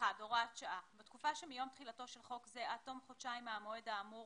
הוראת שעה בתקופה שמיום תחילתו של חוק זה עד תום חודשיים מהמועד האמור